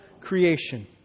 creation